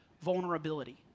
vulnerability